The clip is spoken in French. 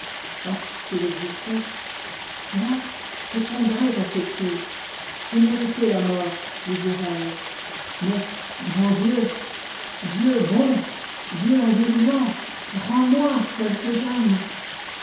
ah s'il existait hélas je tomberais à ses pieds j'ai mérité la mort lui dirais-je mais grand dieu dieu bon dieu indulgent rends-moi celle que j'aime